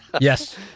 yes